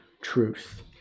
truth